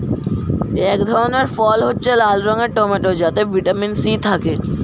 এক ধরনের ফল হচ্ছে লাল রঙের টমেটো যাতে ভিটামিন সি থাকে